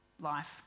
life